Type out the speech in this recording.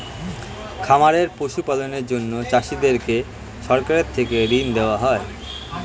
খামারে পশু পালনের জন্য চাষীদেরকে সরকার থেকে ঋণ দেওয়া হয়